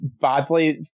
badly